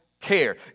care